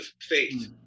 faith